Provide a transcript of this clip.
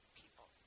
people